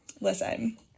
Listen